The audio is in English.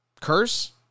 Curse